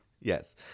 Yes